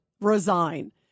resign